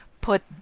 put